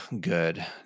good